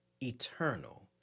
eternal